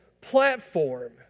platform